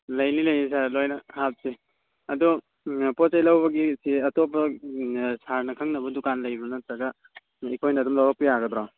ꯂꯩꯅꯤ ꯂꯩꯅꯤ ꯁꯥꯔ ꯂꯣꯏꯅ ꯍꯥꯞꯁꯤ ꯑꯗꯣ ꯄꯣꯠ ꯆꯩ ꯂꯧꯕꯒꯤꯁꯤ ꯑꯇꯣꯞꯄ ꯁꯥꯔꯅ ꯈꯪꯅꯕ ꯗꯨꯀꯥꯟ ꯂꯩꯕ꯭ꯔꯣ ꯅꯠꯇ꯭ꯔꯒ ꯑꯩꯈꯣꯏꯅ ꯑꯗꯨꯝ ꯂꯧꯔꯛꯄ ꯌꯥꯒꯗ꯭ꯔꯣ